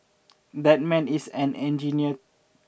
that man is an engineer